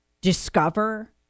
discover